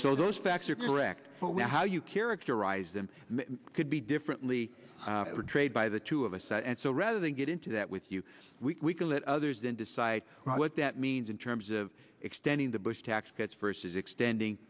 so those facts are correct for how you characterize them could be differently by the two of us and so rather than get into that with you we can let others then decide what that means in terms of extending the bush tax cuts versus extending